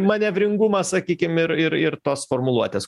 manevringumą sakykim ir ir ir tos formuluotės